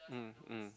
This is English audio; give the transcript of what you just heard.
mm mm